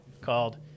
called